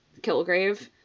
Kilgrave